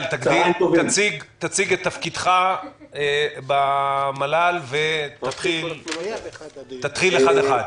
תציג את תפקידך במל"ל ותתחיל להתייחס לדברים אחד-אחד.